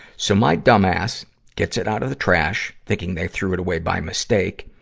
so, my dumb ass gets it out of the trash, thinking they threw it away by mistake,